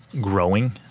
growing